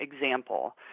example